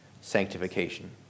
sanctification